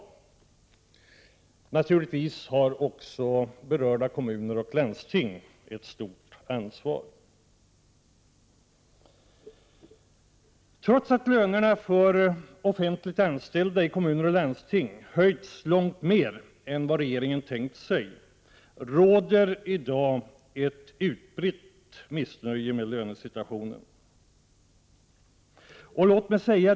Men naturligtvis har också berörda kommuner och landsting ett stort ansvar. Trots att lönerna för offentligt anställda i kommuner och landsting har höjts långt mer än vad regeringen tänkt sig, råder det i dag ett utbrett missnöje med lönesituationen.